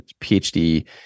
PhD